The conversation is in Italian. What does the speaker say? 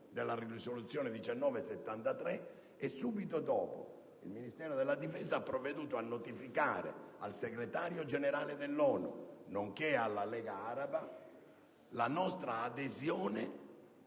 la nostra adesione